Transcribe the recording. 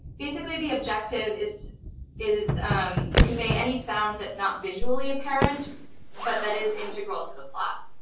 basically, the objective is is to convey any sound that's not visually apparent but that is integral to the plot.